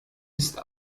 ist